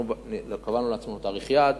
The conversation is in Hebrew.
אנחנו קבענו לעצמנו תאריך יעד.